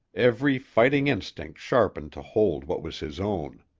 every fighting instinct sharpened to hold what was his own.